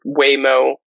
Waymo